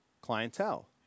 clientele